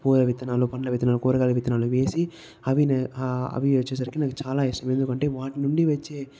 పూల విత్తనాలు పండ్ల విత్తనాలు కూరగాయల విత్తనాలు వేసి అవి అవి వచ్చేసరికి నాకు చాలా ఇష్టమైనవి వాటి నుండి వచ్చే